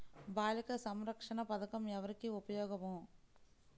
బాలిక సంరక్షణ పథకం ఎవరికి ఉపయోగము?